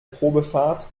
probefahrt